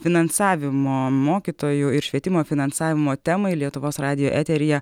finansavimo mokytojų ir švietimo finansavimo temai lietuvos radijo eteryje